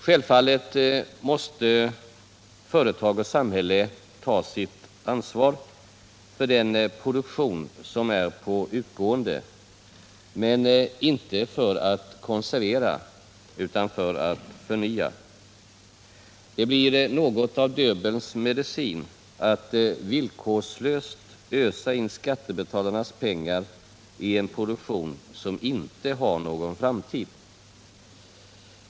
Självfallet måste företag och samhälle ta sitt ansvar för den produktion som är på utgående, men inte för att konservera utan för att förnya. Det blir något av Döbelns medicin att villkorslöst ösa in skattebetalarnas pengar i en produktion som inte har någon framtid.